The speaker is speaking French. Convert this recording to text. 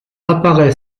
apparaît